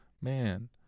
man